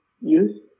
use